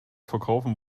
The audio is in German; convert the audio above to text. verkaufen